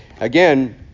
Again